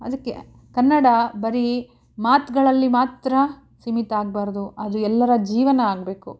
ಅದಕ್ಕೆ ಕನ್ನಡ ಬರೀ ಮಾತುಗಳಲ್ಲಿ ಮಾತ್ರ ಸೀಮಿತ ಆಗಬಾರ್ದು ಅದು ಎಲ್ಲರ ಜೀವನ ಆಗಬೇಕು